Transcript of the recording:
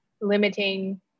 limiting